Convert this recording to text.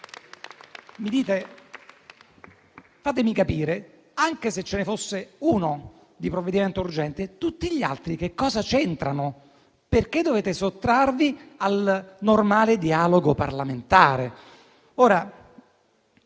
Fatemi capire: anche se ce ne fosse uno di provvedimento urgente, tutti gli altri cosa c'entrano? Perché dovete sottrarvi al normale dialogo parlamentare?